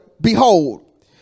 behold